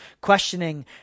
questioning